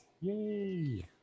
Yay